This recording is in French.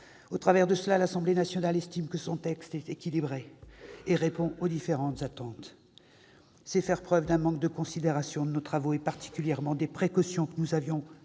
Au travers de cela, l'Assemblée nationale estime que son texte est équilibré et répond aux différentes attentes. C'est faire preuve d'un manque de considération de nos travaux et particulièrement des précautions que nous avions